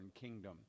kingdom